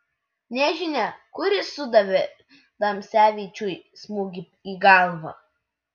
nežinia kuris sudavė dansevičiui smūgį į galvą